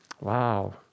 wow